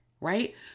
right